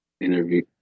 interview